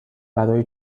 برای